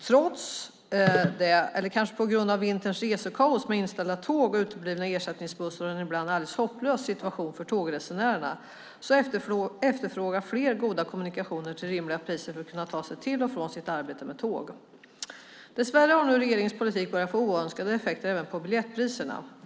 Trots detta, eller kanske på grund av vinterns resekaos med inställda tåg, uteblivna ersättningsbussar och en ibland alldeles hopplös situation för tågresenärerna, efterfrågar fler goda kommunikationer till rimliga priser för att kunna ta sig till och från sitt arbete med tåg. Dess värre har nu regeringens politik börjat få oönskade effekter även på biljettpriserna.